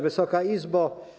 Wysoka Izbo!